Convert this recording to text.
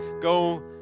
Go